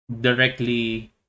directly